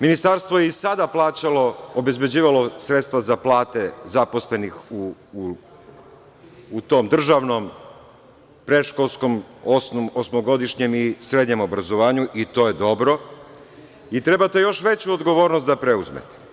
Ministarstvo je i sada obezbeđivalo sredstva za plate zaposlenih u tom državnom predškolskom, osmogodišnjem i srednjem obrazovanju, i to je dobro i trebate još veću odgovornost da preuzmete.